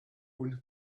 own